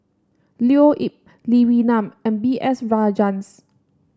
Leo Yip Lee Wee Nam and B S Rajhans